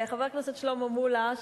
חבר הכנסת שלמה מולה,